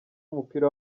w’umupira